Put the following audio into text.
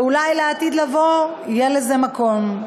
ואולי לעתיד יבוא יהיה לזה מקום,